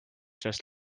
just